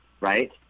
right